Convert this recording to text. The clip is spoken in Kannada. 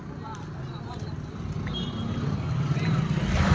ಒಂದ್ ವರ್ಷಕ್ಕ ಎರಡುವರಿ ಲಕ್ಷ ಪಗಾರ ಐತ್ರಿ ಸಾರ್ ನನ್ಗ ಕ್ರೆಡಿಟ್ ಕಾರ್ಡ್ ಕೊಡ್ತೇರೆನ್ರಿ?